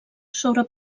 sobre